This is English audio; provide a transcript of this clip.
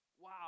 Wow